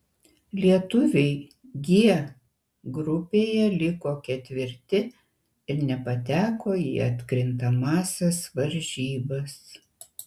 lietuviai g grupėje liko ketvirti ir nepateko į atkrintamąsias varžybas